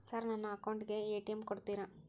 Sir ನನ್ನ account ಗೆ ATM ಕೊಡುತ್ತೇರಾ?